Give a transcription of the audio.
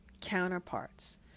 counterparts